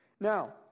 Now